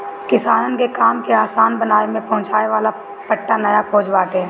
किसानन के काम के आसान बनावे में पहुंचावे वाला पट्टा नया खोज बाटे